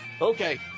Okay